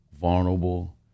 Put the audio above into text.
vulnerable